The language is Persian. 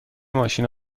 ماشین